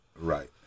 Right